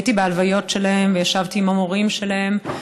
הייתי בהלוויות שלהן וישבתי עם המורים שלהן,